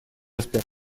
аспект